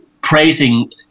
praising